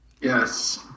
Yes